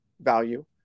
value